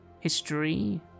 History